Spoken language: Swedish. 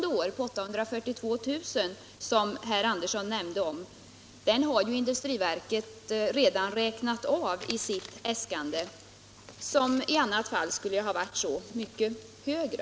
Reservationen på 842 000 kr. från föregående år som herr Andersson nämnde om har ju industriverket redan räknat av i sitt äskande, vilket i annat fall skulle ha varit så mycket högre.